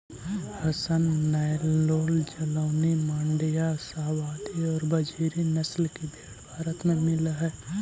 हसन, नैल्लोर, जालौनी, माण्ड्या, शाहवादी और बजीरी नस्ल की भेंड़ भारत में मिलअ हई